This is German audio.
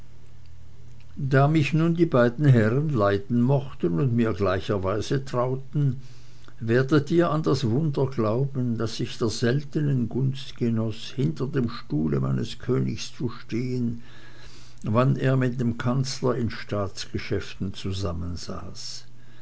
da mich nun die beiden herren leiden mochten und mir gleicherweise trauten werdet ihr an das wunder glauben daß ich der seltnen gunst genoß hinter dem stuhle meines königs zu stehen wann er mit dem kanzler in staatsgeschäften zusammensaß